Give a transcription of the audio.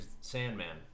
Sandman